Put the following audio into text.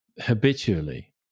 habitually